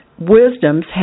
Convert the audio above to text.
wisdoms